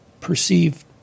perceived